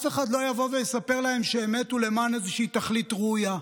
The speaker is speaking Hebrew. אף אחד לא יבוא ויספר להם שהם מתו למען איזושהי תכלית ראויה.